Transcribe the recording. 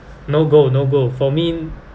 no go no go for me